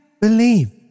believe